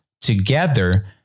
together